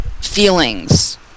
feelings